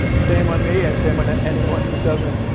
shame on me and shame on ah anyone who doesn't.